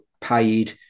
paid